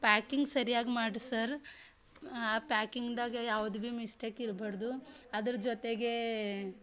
packing ಸರಿಯಾಗಿ ಮಾಡಿ sir ಆ ಪ್ಯಾಕಿಂಗ್ದಾಗೆ ಯಾವುದು ಭೀ ಮಿಸ್ಟೇಕ್ ಇರಬಾರ್ದು ಅದ್ರ ಜೊತೆಗೆ